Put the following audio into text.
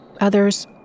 others